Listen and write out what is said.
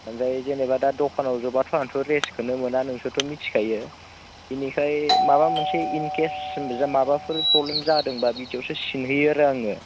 ओमफ्राय जेनेबा दा दखानाव जबाथ' आंथ' रेस्टखौनो मोना नोंसोरथ' मिथिखायो बेनिफ्राय माबा मोनसे इनकेस माबाफोर फ्रब्लेम जादोंबा बिदियावसो सिनहैयो आरो आङो